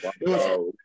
wow